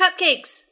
cupcakes